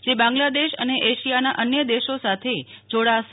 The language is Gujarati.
જે બાંગ્લાદેશ અને અશિયાના અન્ય દેશો સાથે જોડાશે